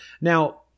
Now